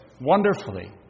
wonderfully